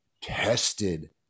tested